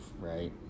right